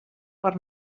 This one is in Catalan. per